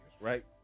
right